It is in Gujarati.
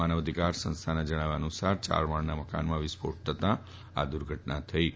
માનવઅધિકાર સંસ્થાના જણાવ્યા અનુસાર ચાર માળના મકાનમાં વિસ્ફોટ થતાં આ દુર્ધટના થઈ છે